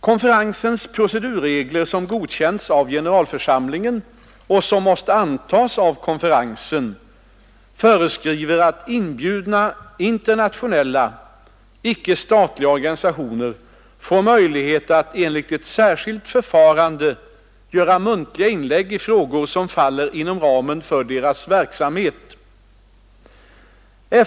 Konferensens procedurregler, som godkänts av generalförsamlingen och som måste antas av konferensen, föreskriver att inbjudna internationella, icke-statliga organisationer får möjlighet att enligt ett särskilt förfarande göra muntliga inlägg i frågor som faller inom ramen för deras verksamhet.